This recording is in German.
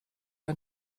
ein